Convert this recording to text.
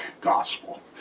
Gospel